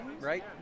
Right